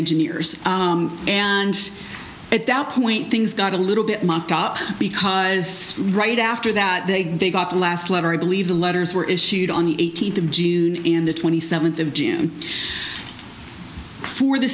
engineers and at that point things got a little bit mucked up because right after that they got the last letter i believe the letters were issued on the eighteenth of june and the twenty seventh of june for the